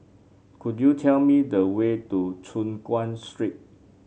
could you tell me the way to Choon Guan Street